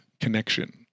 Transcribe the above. connection